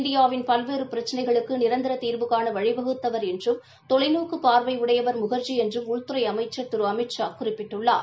இந்தியாவின் பல்வேறு பிரச்சினைகளுக்கு நிரந்தர தீர்வுக்கு வழிவகுத்தவர் என்றும் தொலைநோக்கு பார்வை உடையவர் முகாஜி என்றும் உள்துறை அமைச்சர் திரு அமித்ஷா குறிப்பிட்டுள்ளார்